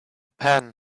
pen